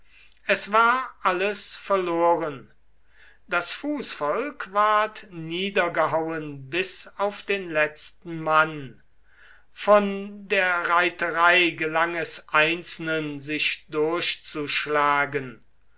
es war alles verloren das fußvolk ward niedergehauen bis auf den letzten mann von der reiterei gelang es einzelnen sich durchzuschlagen